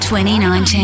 2019